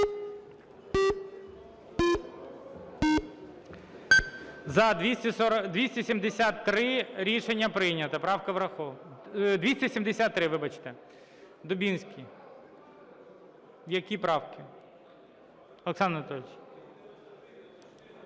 За-273 Рішення прийнято, правка врахована. 273, вибачте! Дубінський. Які правки? Олександр Анатолійович!